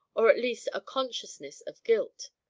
or, at least, a consciousness of guilt.